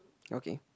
okay